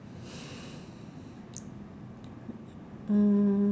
mm